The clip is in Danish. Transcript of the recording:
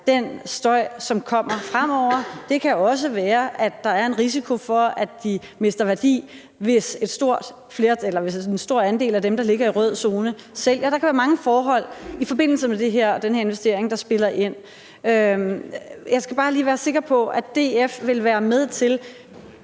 den støj, som kommer fremover; det kan også være, at der er en risiko for, at de mister værdi, hvis en stor andel af dem, der ligger i røde zone, sælger. Der kan være mange forhold i forbindelse med den her investering, der spiller ind. Jeg skal bare lige være sikker på, at DF – hvis det viser